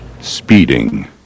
Speeding